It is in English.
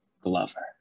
Glover